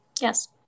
yes